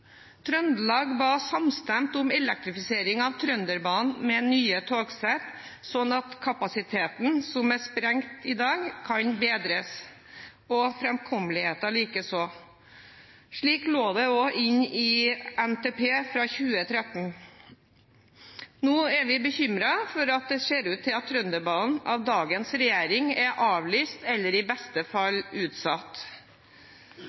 Trøndelag var samstemt om elektrifisering av Trønderbanen med nye togsett, sånn at kapasiteten, som er sprengt i dag, kan bedres – og framkommeligheten likeså. Slik lå det også inne i NTP fra 2013. Nå er vi bekymret over at det ser ut til at utbyggingen av Trønderbanen er avlyst, eller i beste